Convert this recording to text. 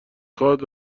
خواد